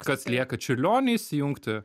kas lieka čiurlionį įsijungti